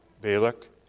Balak